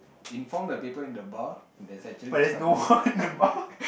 inform the people in the bar that's actually in trouble here